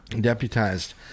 Deputized